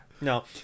no